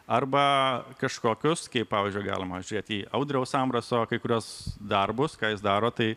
arba kažkokius kaip pavyzdžiui galima žiūrėt į audriaus ambraso kai kuriuos darbus ką jis daro tai